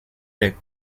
les